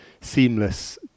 seamless